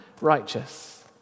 righteous